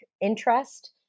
interest